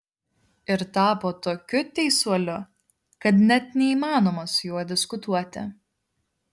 ir tapo tokiu teisuoliu kad net neįmanoma su juo diskutuoti